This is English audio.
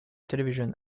television